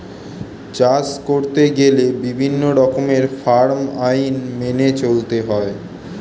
চাষ করতে গেলে বিভিন্ন রকমের ফার্ম আইন মেনে চলতে হয়